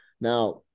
Now